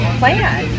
plan